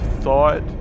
thought